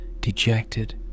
dejected